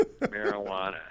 marijuana